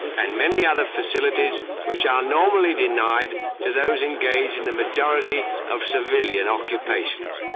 and many other facilities which are normally denied to those engaged in the majority of civilian occupations.